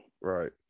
right